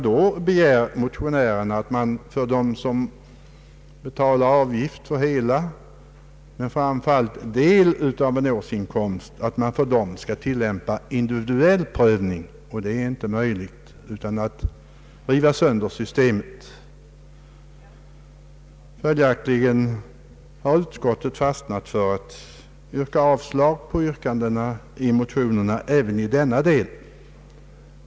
Motionärerna begär att man för dem som betalar egen avgift för hela men i första hand för en del av årsinkomsten skall tillämpa individuell prövning, och det är inte möjligt utan att splittra systemet. Följaktligen har utskottet stannat för att yrka avslag på motionsyrkandena även i denna del.